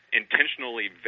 intentionally